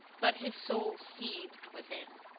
but his soul seethed within.